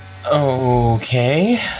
Okay